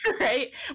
Right